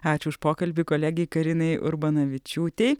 ačiū už pokalbį kolegei karinai urbonavičiūtei